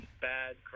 bad